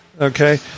Okay